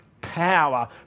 power